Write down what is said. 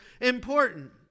important